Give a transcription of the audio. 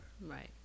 Right